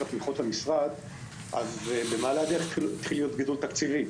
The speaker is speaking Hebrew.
התמיכות למשרד אז במעלה הדרך התחיל להיות גידול תקציבי.